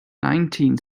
nineteen